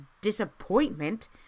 disappointment